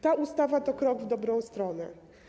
Ta ustawa to krok w dobrą stronę.